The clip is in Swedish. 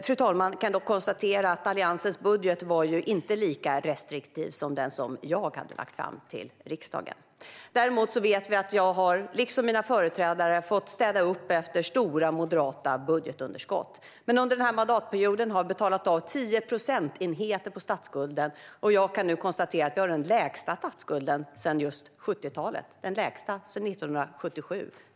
Fru talman! Jag kan dock konstatera att Alliansens budget inte var lika restriktiv som det budgetförslag jag hade lagt fram till riksdagen. Däremot vet vi att jag, liksom mina företrädare, har fått städa upp efter stora moderata budgetunderskott. Under denna mandatperiod har vi dock betalat av 10 procentenheter på statsskulden, och jag kan konstatera att vi nu har den lägsta statsskulden sedan just 70-talet. Det är den lägsta sedan 1977.